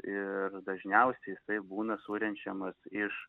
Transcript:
ir dažniausiai jisai būna surenčiamas iš